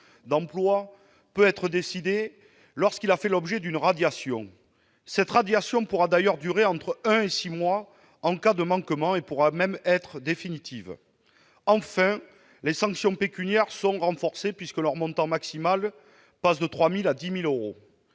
d'emploi peut être décidé lorsque ce dernier a fait l'objet d'une radiation. Celle-ci pourra d'ailleurs durer entre un et six mois en cas de manquement ; elle pourra même être définitive. Enfin, les sanctions pécuniaires sont renforcées, puisque leur montant maximal passe de 3 000 à 10 000 euros.